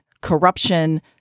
corruption